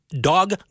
Dog